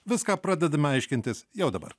viską pradedame aiškintis jau dabar